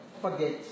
forget